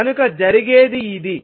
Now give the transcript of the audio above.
కనుక జరిగేది ఇది